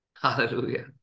Hallelujah